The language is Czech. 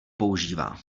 používá